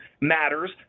matters